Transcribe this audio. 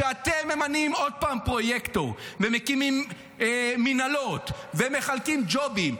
ואתם ממנים עוד פעם פרויקטור ומקימים מינהלות ומחלקים ג'ובים,